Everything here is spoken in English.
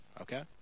Okay